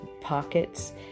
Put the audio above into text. pockets